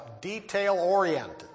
detail-oriented